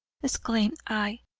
exclaimed i,